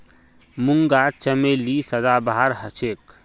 मूंगा चमेली सदाबहार हछेक